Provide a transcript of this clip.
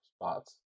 spots